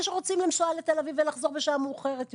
שרוצים לנסוע לתל אביב ולחזור בשעה מאוחרת יותר?